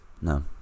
No